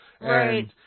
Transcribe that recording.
Right